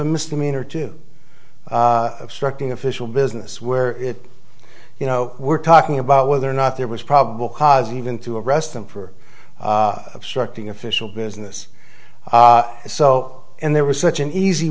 a misdemeanor to obstruct an official business where it you know we're talking about whether or not there was probable cause even to arrest him for obstructing official business so there was such an easy